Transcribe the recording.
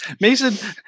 Mason